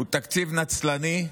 הוא תקציב נצלני,